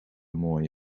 mooi